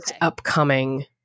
upcoming